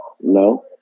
No